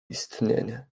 istnienie